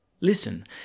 Listen